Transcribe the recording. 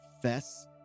confess